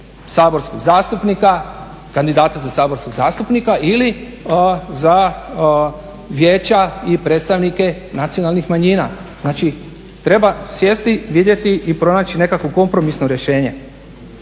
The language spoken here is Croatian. predlagati kandidata za saborskog zastupnika ili za vijeća i predstavnike nacionalnih manjina. Znači treba sjesti vidjeti i pronaći nekakvo kompromisno rješenje.